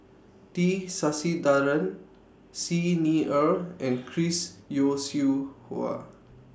T Sasitharan Xi Ni Er and Chris Yeo Siew Hua